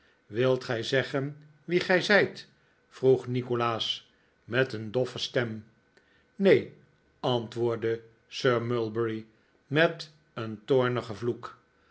wilt gij zeggen wie gij zijt vroeg nikolaas met een doffe stem neen antwoordde sir mulberry met een toornigen vloek